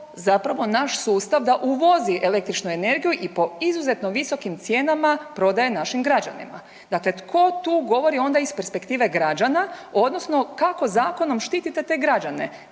zapravo naš sustav da uvozi električnu energiju i po izuzetno visokim cijenama prodaje našim građanima. Dakle, tko tu govori onda iz perspektive građana odnosno kako zakonom štitite te građane?